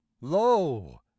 lo